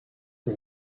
for